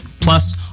Plus